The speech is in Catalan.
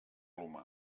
humà